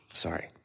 Sorry